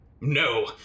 No